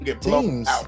teams